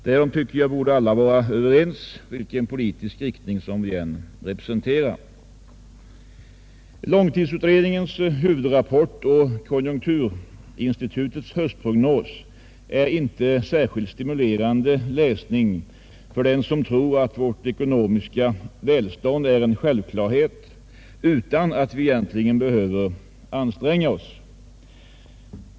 Därom tycker jag att alla borde vara överens, vilken politisk riktning de än representerar. Långtidsutredningens huvudrapport och konjunkturinstitutets höstprognos är en inte särskilt stimulerande läsning för den som tror att vårt ekonomiska välstånd är en självklarhet som vi egentligen inte behöver anstränga oss för att behålla.